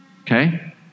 okay